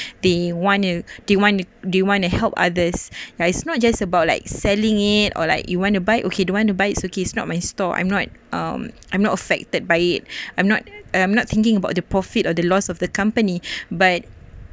they want to do want to do you want to help others it's not just about like selling it or like you want to buy okay don't want to buy okay it's not my store I'm not um I'm not affected by it I'm not I'm not thinking about the profit or the loss of the company but